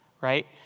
right